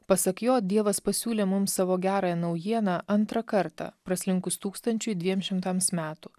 pasak jo dievas pasiūlė mums savo gerąją naujieną antrą kartą praslinkus tūkstančiui dviem šimtams metų